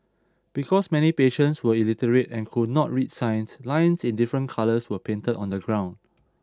because many patients were illiterate and could not read signs lines in different colours were painted on the ground